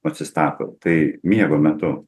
atsistato tai miego metu